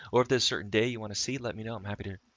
or there's certain day you want to see, let me know. i'm happy to,